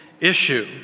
issue